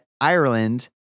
Ireland